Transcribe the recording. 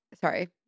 sorry